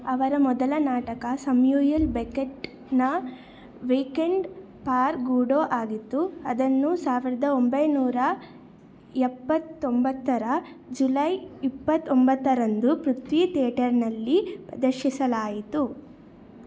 ಅವರ ಮೊದಲ ನಾಟಕ ಸಮ್ಯುಯೆಲ್ ಬೆಕೆಟ್ನ ವೀಕೆಂಡ್ ಪಾರ್ ಗೂಡೋ ಆಗಿತ್ತು ಅದನ್ನು ಸಾವಿರದ ಒಂಬೈನೂರ ಎಪ್ಪತ್ತೊಂಬತ್ತರ ಜುಲೈ ಇಪ್ಪತ್ತ ಒಂಬತ್ತರಂದು ಪೃಥ್ವಿ ಥಿಯೇಟರ್ನಲ್ಲಿ ಪ್ರದರ್ಶಿಸಲಾಯಿತು